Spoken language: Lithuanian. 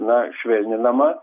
na švelninama